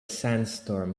sandstorm